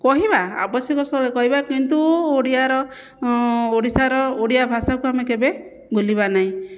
କହିବା ଆବଶ୍ୟକସ୍ଥଳେ କହିବା କିନ୍ତୁ ଓଡ଼ିଆର ଓଡ଼ିଶାର ଓଡ଼ିଆ ଭାଷାକୁ ଆମେ କେବେ ଭୁଲିବାନାହିଁ